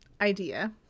Idea